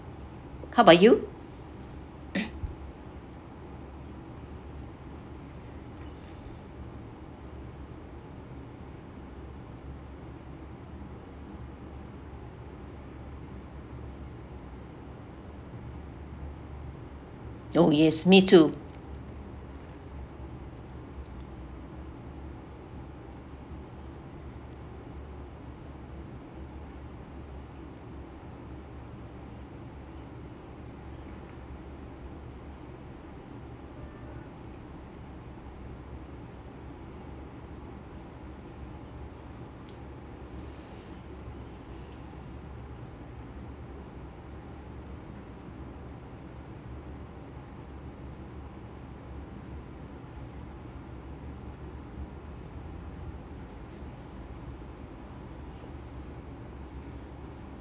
how about you oh yes me too